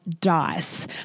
dice